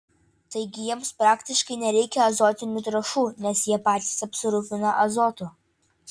taigi jiems praktiškai nereikia azotinių trąšų nes jie patys apsirūpina azotu